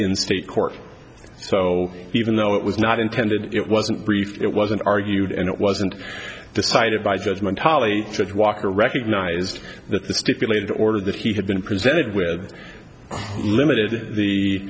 in state court so even though it was not intended it wasn't brief it wasn't argued and it wasn't decided by judgement ali judge walker recognized that the stipulated order that he had been presented with limited